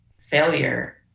failure